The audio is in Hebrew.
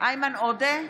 איימן עודה,